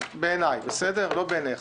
בעיניי, לא בעיניך.